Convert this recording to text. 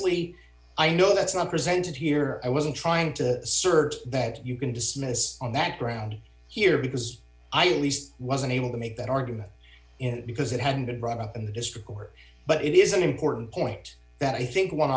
expressly i know that's not presented here i wasn't trying to assert that you can dismiss on that ground here because i leased wasn't able to make that argument because it hadn't been brought up in the district court but it is an important point that i think one